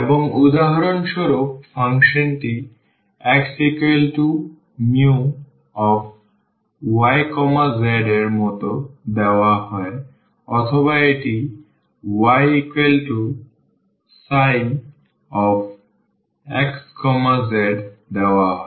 এবং উদাহরণস্বরূপ ফাংশনটি xμyz এর মতো দেওয়া হয় অথবা এটি yψxz দেওয়া হয়